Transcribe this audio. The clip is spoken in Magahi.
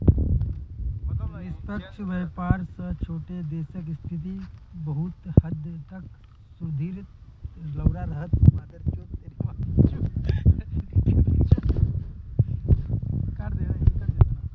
निष्पक्ष व्यापार स छोटो देशक स्थिति बहुत हद तक सुधरील छ